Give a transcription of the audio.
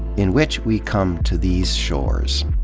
in which we come to these shores.